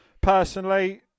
Personally